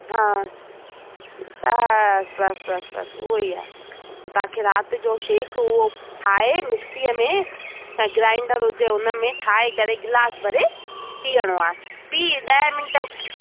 हा त बसि बसि बसि उहो ई आहे त तव्हांखे राति जो शेक उहो ठाहे मिक्सीअ में चाहे ग्राइंडर हुजे हुन में ठाहे करे गिलास भरे पीअणो आहे पी ॾह मिंट